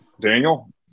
Daniel